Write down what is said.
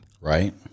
Right